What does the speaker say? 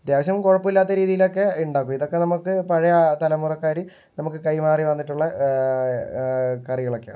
അത്യാവശ്യം കുഴപ്പമില്ലാത്ത രീതിയിലൊക്കെ ഉണ്ടാക്കും ഇതൊക്കെ നമ്മൾക്ക് പഴയ ആ തലമുറക്കാര് നമുക്ക് കൈമാറി വന്നിട്ടുള്ള കാര്യങ്ങളൊക്കെയാണ്